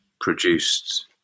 produced